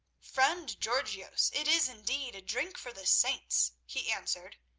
friend georgios, it is indeed a drink for the saints, he answered.